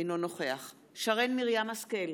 אינו נוכח שרן מרים השכל,